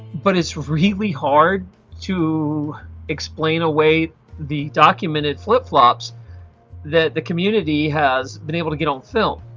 but it's really hard to explain away the documented flip-flops that the community has been able to get on film.